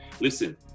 listen